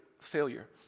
failure